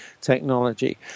technology